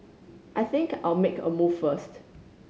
I think I'll make a move first